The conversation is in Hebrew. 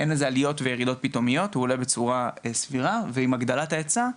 אין איזה עליות או ירידות משמעותיות ועם הגדלת ההיצע,